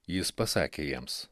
jis pasakė jiems